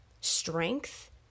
strength